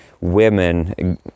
women